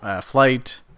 flight